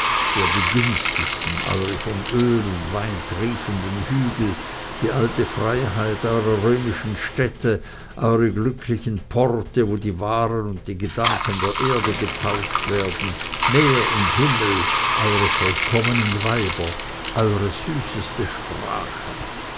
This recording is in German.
begünstigten eure von öl und wein triefenden hügel die alte freiheit eurer römischen städte eure glücklichen porte wo die waren und die gedanken der erde getauscht werden meer und himmel eure vollkommenen weiber eure süßeste sprache